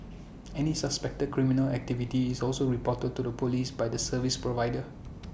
any suspected criminal activity is also reported to the Police by the service provider